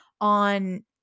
on